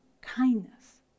kindness